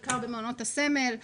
בעיקר במעונות הסמל,